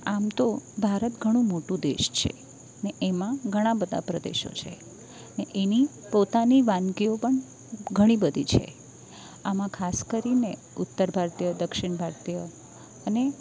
આમ તો ભારત ઘણો મોટો દેશ છે ને એમાં ઘણા બધા પ્રદેશો છે ને એની પોતાની વાનગીઓ પણ ઘણી બધી છે આમાં ખાસ કરીને ઉતર ભારતીય દક્ષિણ ભારતીય અને